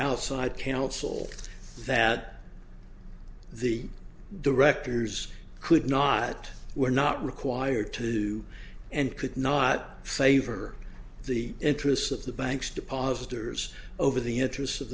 outside counsel that the directors could not were not required to and could not favor the interests of the banks depositors over the interests of